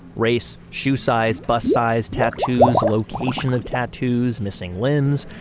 race, shoe size, bust size, tattoos, location of tattoos, missing limbs,